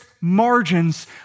margins